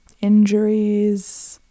injuries